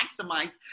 maximize